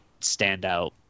standout